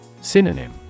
Synonym